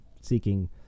seeking